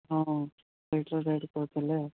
ହଁ ହଁ ସେଇଠିରୁ ଯାଇକି ପହଞ୍ଚିଲେ